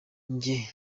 njye